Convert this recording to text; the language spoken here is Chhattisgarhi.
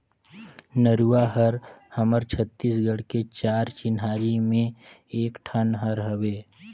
नरूवा हर हमर छत्तीसगढ़ के चार चिन्हारी में एक ठन हर हवे